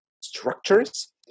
structures